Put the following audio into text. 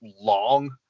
long